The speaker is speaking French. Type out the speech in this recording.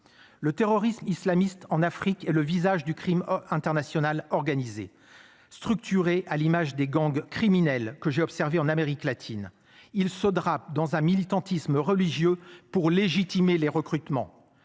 Le terrorisme islamiste en Afrique le visage du Crime international organisé, structuré, à l'image des gangs criminels que j'ai observé en Amérique latine. Il se drape dans un militantisme religieux pour légitimer les recrutements.